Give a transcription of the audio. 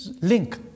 link